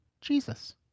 Jesus